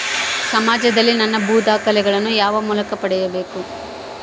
ಸಮಾಜದಲ್ಲಿ ನನ್ನ ಭೂ ದಾಖಲೆಗಳನ್ನು ಯಾವ ಮೂಲಕ ಪಡೆಯಬೇಕು?